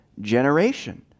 generation